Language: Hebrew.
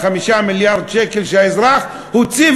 5 מיליארד שקל שהאזרח הוציא,